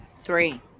Three